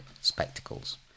spectacles